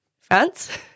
France